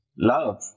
Love